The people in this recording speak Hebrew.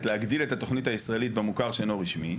להגדיל את התוכנית הישראלית במוכר שאינו רשמי.